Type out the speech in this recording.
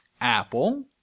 Apple